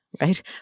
right